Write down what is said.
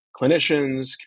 clinicians